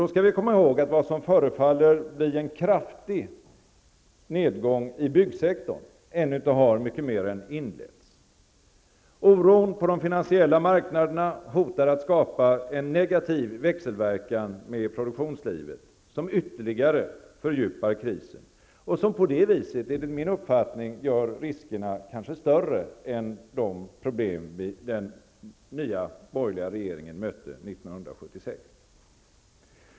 Då skall vi komma ihåg att vad som förefaller bli en kraftig nedgång i byggsektorn ännu inte har mycket mer än inletts. Oron på de finansiella marknaderna hotar att skapa en negativ växelverkan med produktionslivet, som ytterligare fördjupar krisen och som på det viset gör riskerna större än de problem som den nya borgerliga regeringen mötte 1976.